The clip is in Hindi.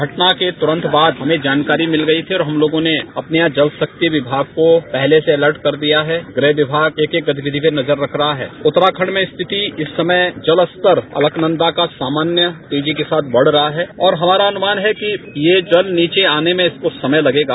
घटना के तुरंत बाद हमें जानकारी मिल गई फिर हम लोगों ने अपने यहां जलशक्ति विभाग को पहले से अलर्ट कर दिया है गृह विभाग एक एक गतिविधि पर नजर रख रहा है उत्तराखंड में स्थिति इस समय जलस्तर अलकनंदा का सामान्य तेजी के साथ बढ़ रहा है और हमारा अनुमान है कि ये जल नीचे आने में इसको समय लगेगा